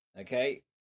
Okay